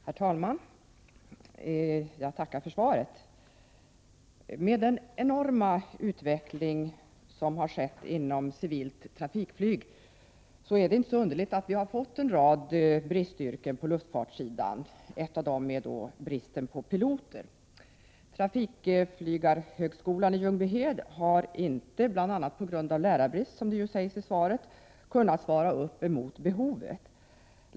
Herr talman! Jag tackar för svaret. Med den enorma utveckling som har skett inom civilt trafikflyg är det inte underligt att vi har fått en rad bristyrken på luftfartssidan, och ett av dem är pilotyrket. Trafikflygarhögskolan i Ljungbyhed har bl.a. på grund av lärarbrist, som det sägs i svaret, inte kunnat svara upp mot behovet.